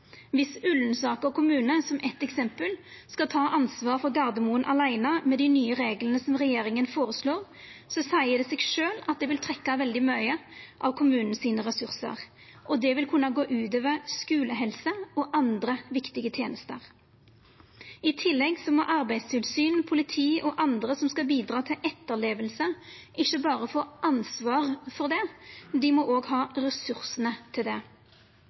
Viss Ullensaker kommune, som eitt eksempel, åleine skal ta ansvaret for Gardermoen med dei nye reglane som regjeringa føreslår, seier det seg sjølv at det vil trekkja veldig mykje av ressursane til kommunen. Det vil kunna gå ut over skulehelsetenesta og andre viktige tenester. I tillegg må Arbeidstilsynet, politiet og andre som skal bidra til etterleving, ikkje berre få ansvaret for det, men òg ha ressursane til det.